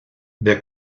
der